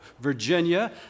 Virginia